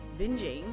binging